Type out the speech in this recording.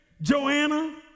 Joanna